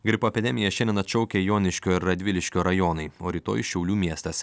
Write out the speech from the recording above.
gripo epidemiją šiemet atšaukė joniškio radviliškio rajonai o rytoj šiaulių miestas